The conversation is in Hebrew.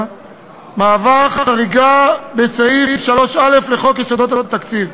מהווה חריגה מסעיף 3א לחוק יסודות התקציב.